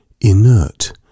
inert